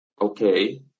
Okay